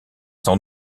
sans